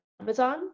Amazon